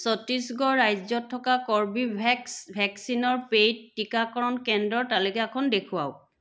ছত্তীশগড় ৰাজ্যত থকা কৰ্বীভেক্স ভেকচিনৰ পে'ইড টীকাকৰণ কেন্দ্ৰৰ তালিকাখন দেখুৱাওক